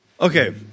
Okay